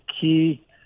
key